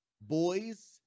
Boys